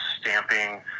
stamping